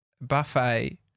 buffet